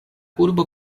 urbo